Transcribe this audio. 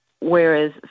Whereas